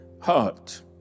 heart